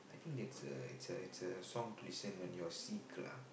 I think it's a it's a it's a song listen when you're sick lah